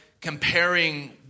comparing